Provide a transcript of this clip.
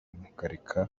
mukareka